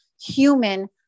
human